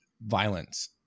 violence